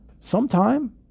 sometime